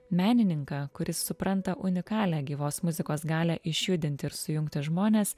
menininką kuris supranta unikalią gyvos muzikos galią išjudint ir sujungti žmones